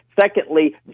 Secondly